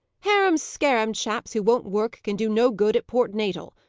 harem-scarem chaps, who won't work, can do no good at port natal.